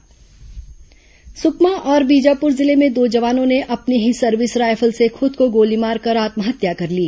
जवान आत्महत्या सुकमा और बीजापुर जिले में दो जवानों ने अपनी ही सर्विस रायफल से खुद को गोली मारकर आत्महत्या कर ली